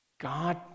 God